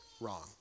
wrong